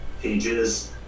pages